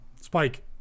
Spike